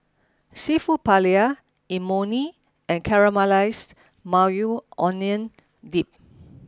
seafood Paella Imoni and Caramelized Maui Onion Dip